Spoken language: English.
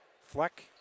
Fleck